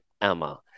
Emma